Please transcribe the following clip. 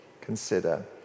consider